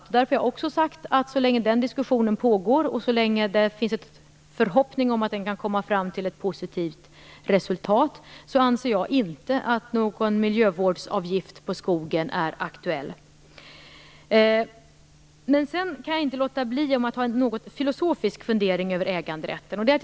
Jag har därför sagt att jag så länge den diskussionen pågår och det finns förhoppning om att den kan komma fram till ett positivt resultat inte anser att någon miljövårdsavgift på skogen är aktuell. Jag kan inte låta bli att framföra också en något filosofisk fundering om äganderätten till skogen.